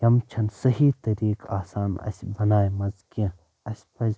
یَم چھِ نہٕ صحی طٔریٖقہٕ آسان اَسہِ بنایِمژٕ کیٚنٛہہ اسہِ پزِ